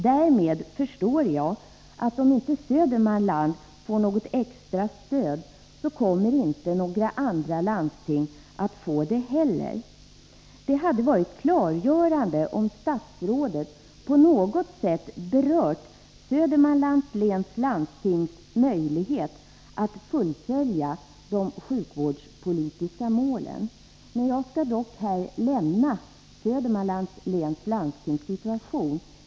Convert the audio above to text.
Därmed förstår jag att om inte Södermanland får något extra stöd, kommer inte några andra landsting att få det heller. Det hade varit klargörande om statsrådet på något sätt berört Södermanlands läns landstings möjlighet att uppnå de sjukvårdspolitiska målen. Jag skall dock här lämna Södermanlands läns landstings situation.